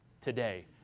today